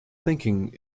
thinking